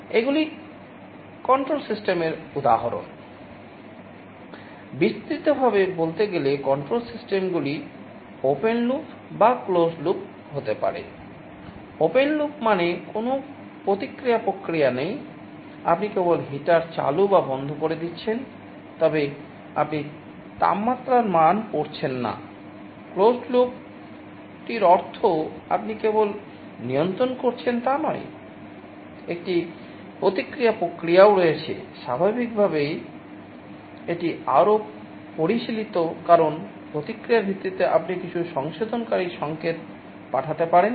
এগুলি control system পাঠাতে পারেন